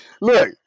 Look